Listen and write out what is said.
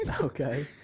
Okay